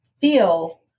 feel